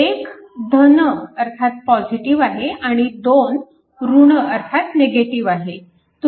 1 धन positive positive आहे आणि 2 ऋण निगेटिव्ह negative आहे